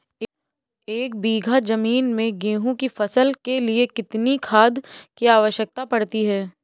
एक बीघा ज़मीन में गेहूँ की फसल के लिए कितनी खाद की आवश्यकता पड़ती है?